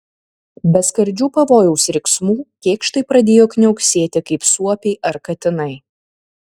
be skardžių pavojaus riksmų kėkštai pradėjo kniauksėti kaip suopiai ar katinai